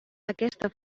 aquesta